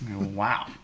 Wow